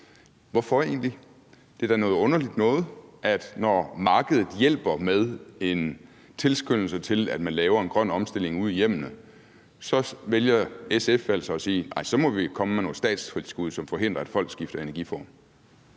Hvorfor egentlig? Det er da noget underligt noget, at når markedet hjælper med en tilskyndelse til, at man laver en grøn omstilling ude i hjemmene, så vælger SF altså at sige, at så må vi komme med noget statstilskud, som forhindrer, at folk skifter energiform.